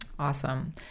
Awesome